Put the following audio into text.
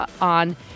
on